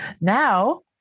now